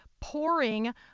pouring